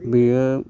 बेयो